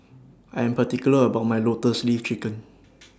I'm particular about My Lotus Leaf Chicken